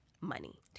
money